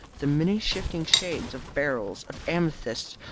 the many shifting shades of beryls, of amethysts,